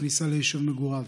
בכניסה ליישוב מגוריו.